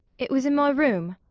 it was in my room.